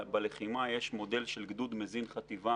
בלחימה יש מודל של גדוד מזין חטיבה